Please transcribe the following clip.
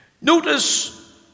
Notice